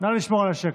נא לשמור על השקט.